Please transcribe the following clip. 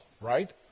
right